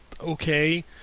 okay